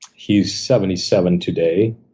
he's seventy seven today.